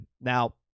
Now